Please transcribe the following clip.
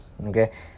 Okay